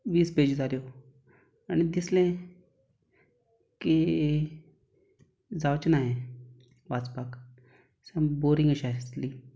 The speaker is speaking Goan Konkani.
वीस पेजी जाल्यो आनी दिसलें की जावचें ना हें वाचपाक सामकी बोरींग अशी आसली